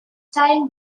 time